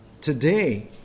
Today